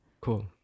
Cool